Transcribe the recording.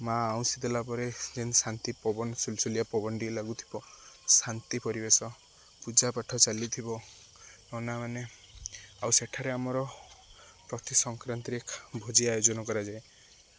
ମାଆ ଆଉଁସି ଦେଲା ପରେ ଯେନ୍ ଶାନ୍ତି ପବନ ସୁଲସୁଲିଆ ପବନ ଟିଏ ଲାଗୁଥିବ ଶାନ୍ତି ପରିବେଶ ପୂଜା ପାଠ ଚାଲିଥିବ ନନାମାନେ ଆଉ ସେଠାରେ ଆମର ପ୍ରତି ସଂକ୍ରାନ୍ତିରେ ଭୋଜି ଆୟୋଜନ କରାଯାଏ